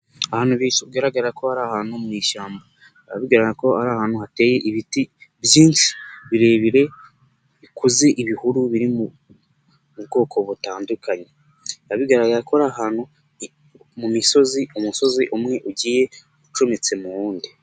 Ahantu bigaragara ko ari ahantu mu ishyamba. Biba bigaragara ko ari ahantu hateye ibiti byinshi birebire bikoze ibihuru biri mu bwoko butandukanye. Biba bigaragara ko ari ahantu mu misozi umusozi umwe ugiye ucometse mu wundi.